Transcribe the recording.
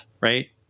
right